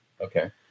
Okay